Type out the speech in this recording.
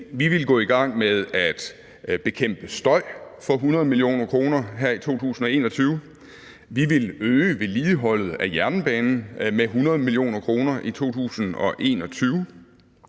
Vi ville gå i gang med at bekæmpe støj for 100 mio. kr. i 2021. Vi ville øge vedligeholdet af jernbanen med 100 mio. kr. i 2021.